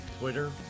Twitter